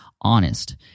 honest